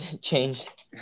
changed